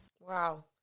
Wow